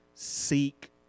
seek